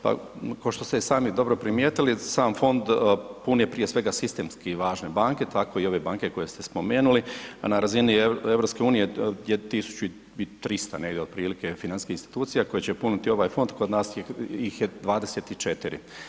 Pa pošto ste i sami dobro primijetili, sam fond pune prije svega sistemski važne banke, tako i ove banke koje ste spomenuli, a na razini EU je 1.300 negdje otprilike financijskih institucija koje će puniti ovaj fond kod nas ih je 24.